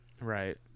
Right